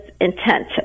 Intent